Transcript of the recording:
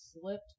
slipped